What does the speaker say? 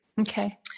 okay